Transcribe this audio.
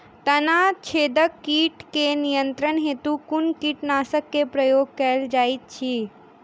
तना छेदक कीट केँ नियंत्रण हेतु कुन कीटनासक केँ प्रयोग कैल जाइत अछि?